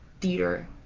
theater